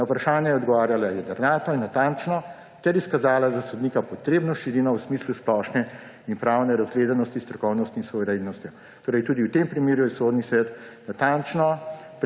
Na vprašanja je odgovarjala jedrnato in natančno ter izkazala za sodnika potrebno širino v smislu splošne in pravne razgledanosti, strokovnosti in suverenosti. Tudi v tem primeru je Sodni svet natančno